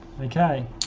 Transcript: Okay